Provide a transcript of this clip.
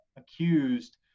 accused